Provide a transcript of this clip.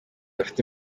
bafite